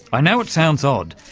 i know it sounds odd,